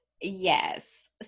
yes